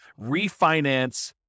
refinance